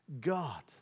God